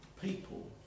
people